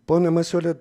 pone masiuli